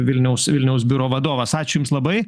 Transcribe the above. vilniaus vilniaus biuro vadovas ačiū jums labai